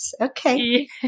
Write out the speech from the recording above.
okay